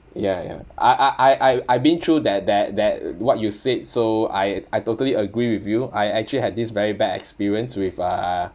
ya ya I I I I I've been through that that that what you said so I I totally agree with you I actually had this very bad experience with uh